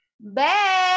Bye